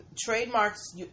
Trademarks